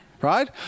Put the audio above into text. right